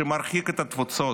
שמרחיק את התפוצות?